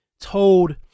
told